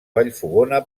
vallfogona